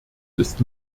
ist